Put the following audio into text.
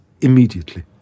immediately